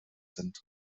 sind